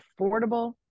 affordable